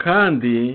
Kandi